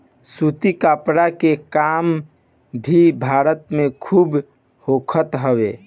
सूती कपड़ा के काम भी भारत में खूब होखत हवे